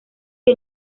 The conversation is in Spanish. que